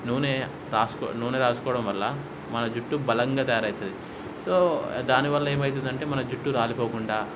నూనె రాసుకో నూనె రాసుకోవడం వల్ల మన జుట్టు బలంగా తయారవుతుంది సో దానివల్ల ఏమైతుందంటే మన జుట్టు రాలిపోకుండా